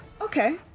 Okay